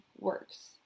works